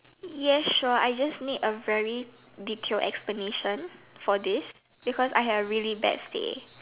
yes sure I just need a very detailed explanation for this because I had a really bad day